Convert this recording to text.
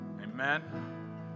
Amen